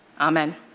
Amen